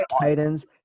Titans